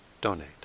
donate